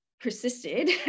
persisted